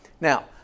Now